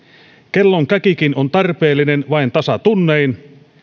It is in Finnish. kellon käkikin on tarpeellinen vain tasatunnein